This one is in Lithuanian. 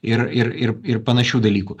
ir ir ir ir panašių dalykų